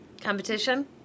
Competition